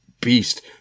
beast